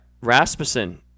Rasmussen